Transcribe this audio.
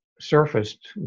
surfaced